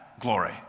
glory